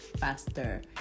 faster